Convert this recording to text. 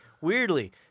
weirdly